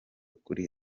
kuri